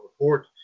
Report